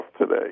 today